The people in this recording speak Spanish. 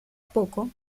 poco